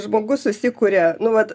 žmogus susikuria nu vat